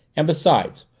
and besides,